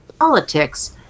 politics